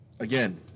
Again